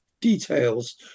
details